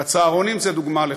והצהרונים הם דוגמה לכך.